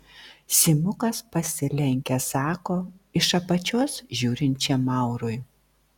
simukas pasilenkęs sako iš apačios žiūrinčiam maurui